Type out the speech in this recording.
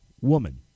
woman